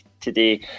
today